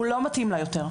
הוא לא מתאים לה יותר.